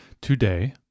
Today